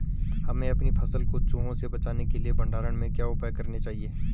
हमें अपनी फसल को चूहों से बचाने के लिए भंडारण में क्या उपाय करने चाहिए?